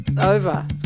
Over